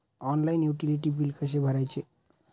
Online utility बिले कसे भरायचे?